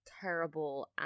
terrible